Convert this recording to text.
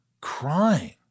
crying